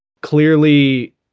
clearly